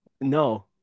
no